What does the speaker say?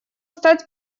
стать